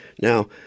Now